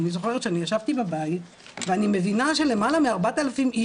אני זוכרת שישבתי בבית ואני מבינה שלמעלה מ-4,000 איש